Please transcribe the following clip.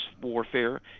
warfare